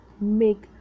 make